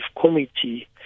Committee